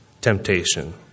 Temptation